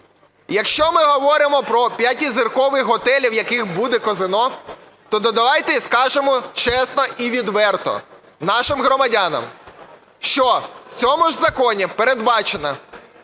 Якщо ми говоримо про п'ятизіркові готелів, в яких буде казино, то давайте скажемо чесно і відверто нашим громадянам, що в цьому ж законі передбачено